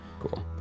Cool